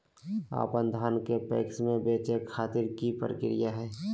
अपन धान के पैक्स मैं बेचे खातिर की प्रक्रिया हय?